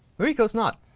mariko's not.